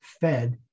fed